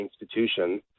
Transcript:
institution